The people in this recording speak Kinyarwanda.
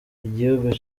igihugu